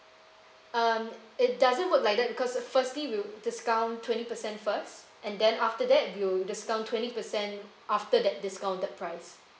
uh it doesn't work like that because firstly you discount twenty percent first and then after that you discount twenty percent after that discounted price